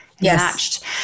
matched